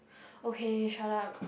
okay shut up